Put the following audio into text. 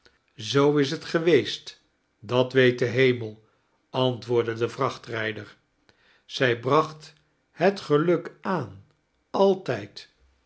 zoo is het geweest dat weet de hemel antwoordde de vrachtrijder zij bracht het geluk aan altijd